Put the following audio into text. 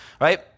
right